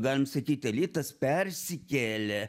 galim sakyt elitas persikėlė